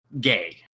gay